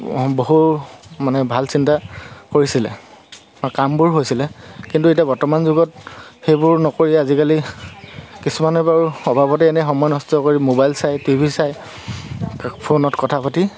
বহু মানে ভাল চিন্তা কৰিছিলে বা কামবোৰ হৈছিলে কিন্তু এতিয়া বৰ্তমান যুগত সেইবোৰ নকৰি আজিকালি কিছুমানে বাৰু অবাবতে এনেই সময় নষ্ট কৰি মোবাইল চাই টিভি চাই ফোনত কথা পাতি